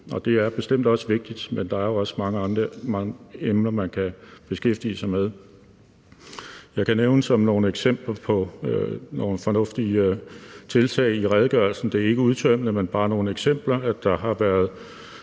Det er bestemt også vigtigt, med der er jo også mange andre emner, man kan beskæftige sig med. Jeg kan nævne som eksempler på nogle fornuftige tiltag i redegørelsen – det er ikke udtømmende, men bare nogle eksempler – at der har været